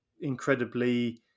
incredibly